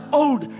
old